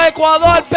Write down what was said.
Ecuador